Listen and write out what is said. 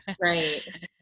Right